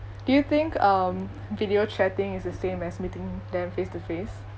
do you think um video chatting is the same as meeting them face to face